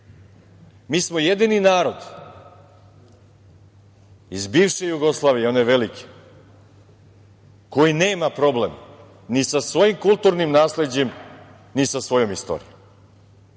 smo jedini narod iz bivše Jugoslavije, one velike koji nema problem ni sa svojim kulturnim nasleđem, ni sa svojom istorijom.